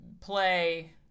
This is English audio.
play